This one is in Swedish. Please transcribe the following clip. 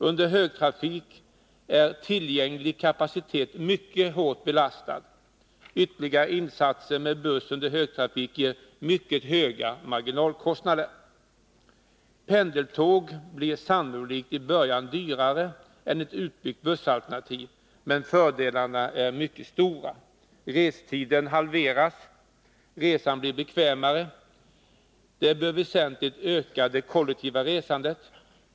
Under högtrafik är tillgänglig kapacitet mycket hårt belastad. Ytterligare insatser med buss under högtrafik ger mycket höga marginalkostnader. Pendeltåg blir sannolikt i början dyrare än ett utbyggt bussalternativ, men fördelarna är mycket stora. Restiden halveras. Resan blir bekvämare. Detta bör väsentligt öka det kollektiva resandet.